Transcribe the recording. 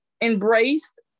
embraced